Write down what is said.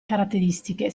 caratteristiche